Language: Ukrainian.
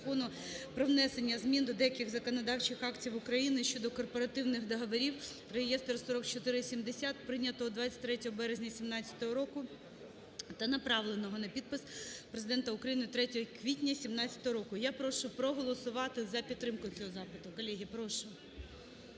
про внесення змін до деяких законодавчих актів України щодо корпоративних договорів (реєстр. №4470), прийнятого 23 березня 2017 року та направленого на підпис Президента України 3 квітня 2017 року. Я прошу проголосувати за підтримку цього запиту. Колеги, прошу.